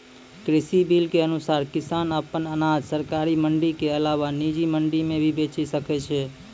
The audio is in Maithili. कृषि बिल के अनुसार किसान अप्पन अनाज सरकारी मंडी के अलावा निजी मंडी मे भी बेचि सकै छै